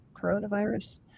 coronavirus